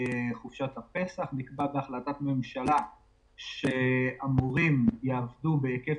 נקבע בהחלטת הממשלה שהמורים יעבדו בהיקף